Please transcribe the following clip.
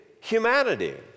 humanity